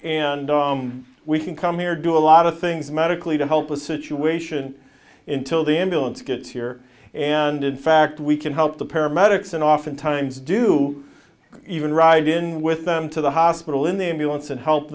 and we can come here do a lot of things medically to help a situation until the ambulance gets here and in fact we can help the paramedics and oftentimes do even ride in with them to the hospital in the ambulance and help